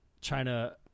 China